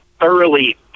thoroughly